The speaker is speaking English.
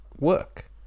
work